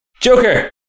Joker